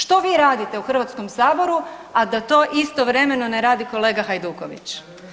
Što vi radite u Hrvatskom saboru, a da to istovremeno ne radi kolega Hajduković.